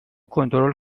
کنترل